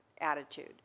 attitude